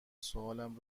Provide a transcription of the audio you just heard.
سوالم